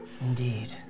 Indeed